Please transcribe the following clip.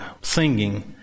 singing